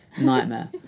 nightmare